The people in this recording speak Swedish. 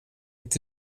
inte